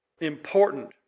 important